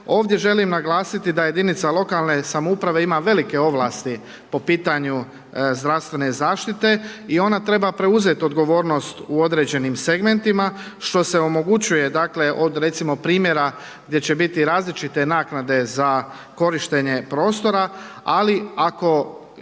Ovdje želim naglasiti da je jedinica lokalne samouprave ima velike ovlasti po pitanju zdravstvene zaštite i ona treba preuzeti odgovornost u određenim segmentima što se omogućuje recimo od primjera gdje će biti različite naknade za korištenje prostora, ali ako